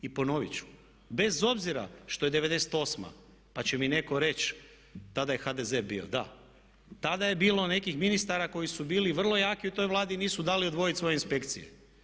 I ponovit ću, bez obzira što je '98. pa će mi netko reći tada je HDZ bio, da, tada je bilo nekih ministara koji su bili vrlo jaki u toj Vladi i nisu dali odvojiti svoje inspekcije.